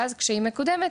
ואז כשהיא מקודמת,